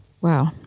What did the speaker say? wow